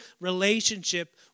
relationship